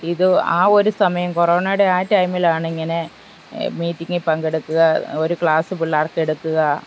ഇത് ആ ഒരു സമയം കൊറോണയുടെ ആ ടൈമിലാണിങ്ങനെ മീറ്റിങ്ങിൽ പങ്കെടുക്കുക ഒരു ക്ലാസ്സ് പിള്ളേർക്കെടുക്കുക